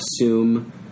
assume